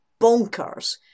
bonkers